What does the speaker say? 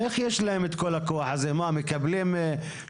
איך יש להם את כל הכוח הזה?